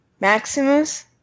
Maximus